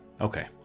Okay